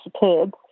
superb